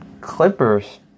Clippers